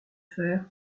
fer